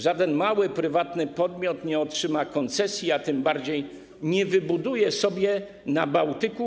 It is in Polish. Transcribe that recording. Żaden mały, prywatny podmiot nie otrzyma koncesji, a tym bardziej nie wybuduje sobie wyspy na Bałtyku.